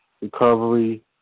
recovery